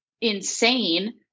insane